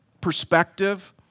perspective